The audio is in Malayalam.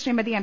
ശ്രീ മതി എം